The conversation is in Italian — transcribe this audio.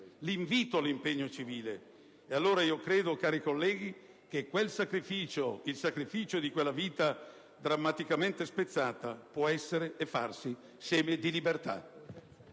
l'invito all'impegno civile. Allora io credo, cari colleghi, che quel sacrificio, il sacrificio di quella vita drammaticamente spezzata può essere e farsi seme di libertà.